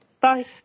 Bye